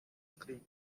screen